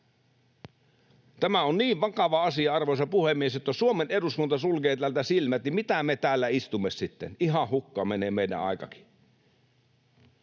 Tämä on niin vakava asia, arvoisa puhemies, että jos Suomen eduskunta sulkee tältä silmät, niin mitä me täällä istumme sitten. Ihan hukkaan menee meidän aikakin.